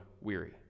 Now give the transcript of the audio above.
weary